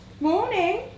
Morning